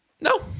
No